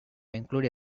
include